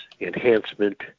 enhancement